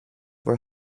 were